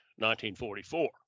1944